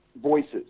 voices